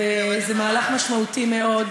וזה מהלך משמעותי מאוד,